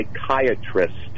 psychiatrist